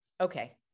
okay